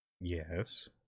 Yes